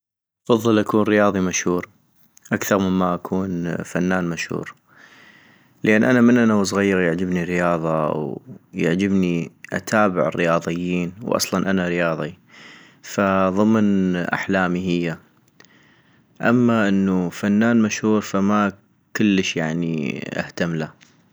افضل اكون رياضي مشهور اكثغ مما أكون فنان مشهور - لان أنا من أنا وصغيغ يعجبني الرياضة ويعجبني اتابع الرياضيين واصلا أنا رياضي، فضمن أحلامي هي - اما انو فنان مشهور فما كلش يعني اهتملا